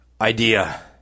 idea